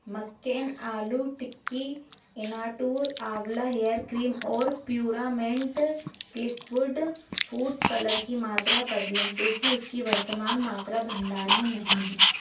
McCann aloo tikki इनाटूर amla hair cream और प्युरामेंट क्लिकवुड फूड कलर की मात्रा बदलें क्योंकि उसकी वर्तमान मात्रा भंडार में नहीं हैं